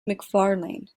mcfarlane